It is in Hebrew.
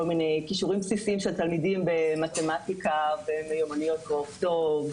כל מיני כישורים בסיסיים של תלמידים במתמטיקה ומיומנויות קרוא וכתוב.